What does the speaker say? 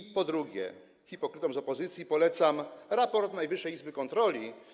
I, po drugie, hipokrytom z opozycji polecam raport Najwyższej Izby Kontroli.